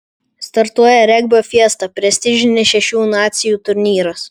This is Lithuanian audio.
startuoja regbio fiesta prestižinis šešių nacijų turnyras